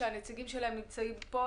שהנציגים שלהם נמצאים פה,